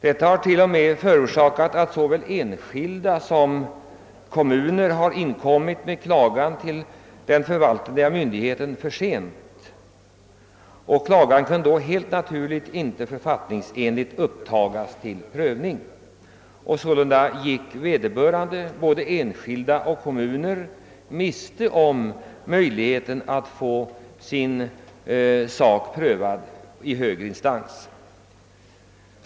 Detta har t.o.m. förorsakat att såväl enskilda som kommuner inkommit för sent med klagan till den förvaltande myndigheten, och klagan har då författningsenligt inte kunnat upptagas till prövning. Sålunda har vederbörande både enskilda och kommuner — gått miste om möjligheten att få sin sak prövad i högre instans.